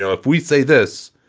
so if we say this,